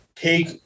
take